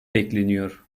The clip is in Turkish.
bekleniyor